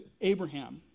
Abraham